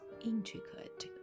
intricate